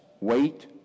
wait